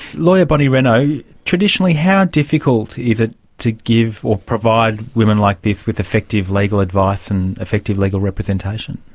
lawyer bonnie renou, traditionally how difficult is it to give or provide women like this with effective legal advice and effective legal representation?